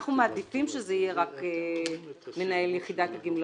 אנחנו מעדיפים שזה יהיה רק מנהל יחידת הגמלאים.